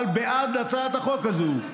אבל בעד הצעת החוק הזו,